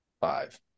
Five